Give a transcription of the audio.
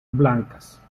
blancas